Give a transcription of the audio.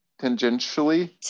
tangentially